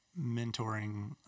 mentoring